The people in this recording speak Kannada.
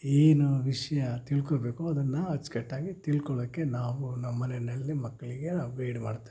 ಏನು ವಿಷಯ ತಿಳ್ಕೊಬೇಕು ಅದನ್ನು ಅಚ್ಚುಕಟ್ಟಾಗಿ ತಿಳ್ಕೊಳೋಕೆ ನಾವು ನಮ್ಮ ಮನೆಯಲ್ಲಿ ಮಕ್ಕಳಿಗೆ ನಾವು ಗೈಡ್ ಮಾಡ್ತೇವೆ